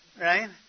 Right